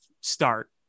start